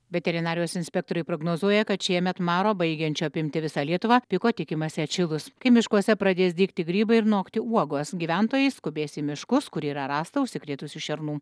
veterinarijos inspektoriai prognozuoja kad šiemet maro baigiančio apimti visą lietuvą piko tikimasi atšilus kai miškuose pradės dygti grybai ir nokti uogos gyventojai skubės į miškus kur yra rasta užsikrėtusių šernų